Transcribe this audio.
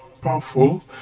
powerful